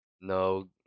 no